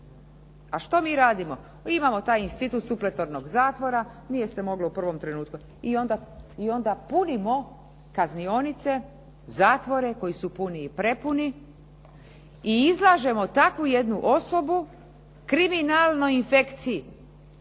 A što mi radimo? Imamo taj institut supletornog zatvora. Nije se moglo u prvom trenutku i onda punimo kaznionice, zatvore koji su puni i prepuni i izlažemo takvu jednu osobu kriminalnoj infekciji.